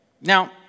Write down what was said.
Now